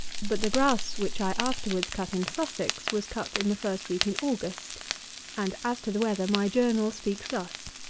but the grass which i afterwards cut in sussex, was cut in the first week in august and as to the weather my journal speaks thus